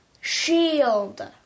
shield